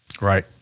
Right